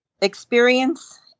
experience